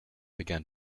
began